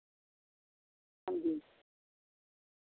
हांजी